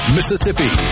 Mississippi